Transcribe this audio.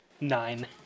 Nine